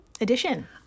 edition